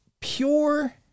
pure